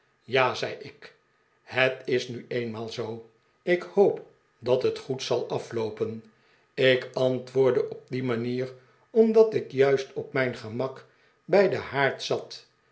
ja zei ik het is nu eenmaal zoo ik hoop dat het goed zal afloopen ik antwoordde op die manier omdat ik juist op mijn gemak bij den haard zat